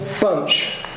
bunch